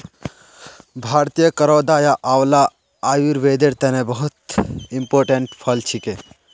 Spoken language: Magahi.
भारतीय करौदा या आंवला आयुर्वेदेर तने बहुत इंपोर्टेंट फल छिके